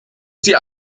sie